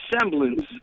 semblance